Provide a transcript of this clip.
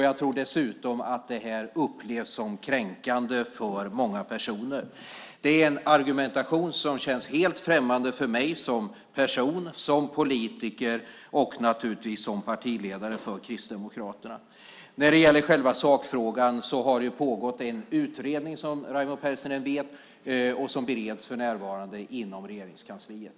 Jag tror dessutom att detta upplevs som kränkande för många personer. Det är en argumentation som känns helt främmande för mig som person, som politiker och naturligtvis som partiledare för Kristdemokraterna. När det gäller själva sakfrågan har det pågått en utredning, som Raimo Pärssinen vet, som för närvarande bereds inom Regeringskansliet.